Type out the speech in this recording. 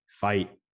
Fight